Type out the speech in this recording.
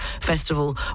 festival